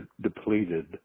depleted